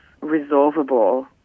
resolvable